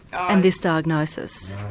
and this diagnosis?